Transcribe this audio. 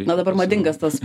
na dabar madingas tas